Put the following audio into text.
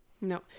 no